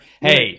Hey